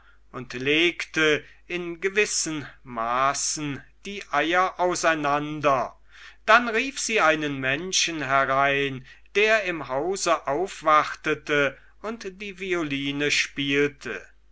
und legte in gewissen maßen die eier auseinander dann rief sie einen menschen herein der im hause aufwartete und die violine spielte